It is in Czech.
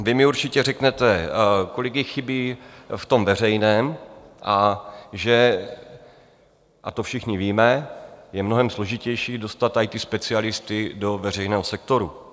Vy mi určitě řeknete, kolik jich chybí v tom veřejném, a že, a to všichni víme, je mnohem složitější dostat IT specialisty do veřejného sektoru.